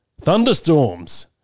Thunderstorms